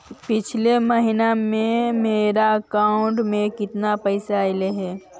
पिछले महिना में मेरा अकाउंट में केतना पैसा अइलेय हे?